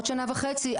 עוד שנה וחצי,